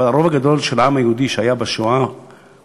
אבל הרוב הגדול של העם היהודי שהיה בשואה הושמד